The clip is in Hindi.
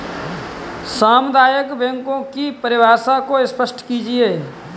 सामुदायिक बैंकों की परिभाषा को स्पष्ट कीजिए?